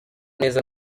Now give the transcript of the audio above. neza